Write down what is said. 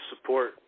support